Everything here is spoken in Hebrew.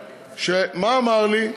ומה אמר לי?